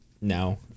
no